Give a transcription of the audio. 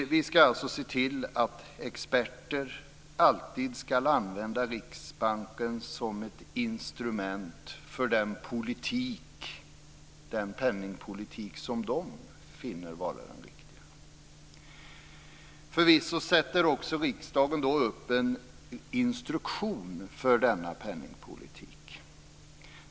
Vi skall alltså se till att experter alltid skall använda Riksbanken som ett instrument för den penningpolitik som de finner vara den riktiga. Förvisso sätter riksdagen upp en instruktion för denna penningpolitik.